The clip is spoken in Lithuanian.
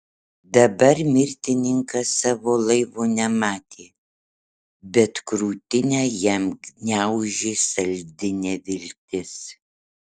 dabar mirtininkas savo laivo nematė bet krūtinę jam gniaužė saldi neviltis